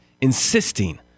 insisting